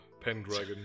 Pendragon